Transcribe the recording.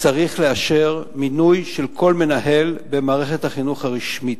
צריך לאשר מינוי של כל מנהל במערכת החינוך הרשמית.